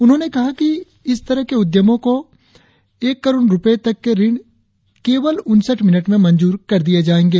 उन्होंने कहा कि इस तरह के उद्यमों को एक करोड़ रुपये तक के ऋण केवल उनसठ मिनट में मंजूर कर दिए जायेंगे